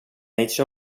age